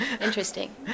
Interesting